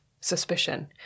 suspicion